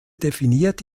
definiert